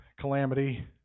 calamity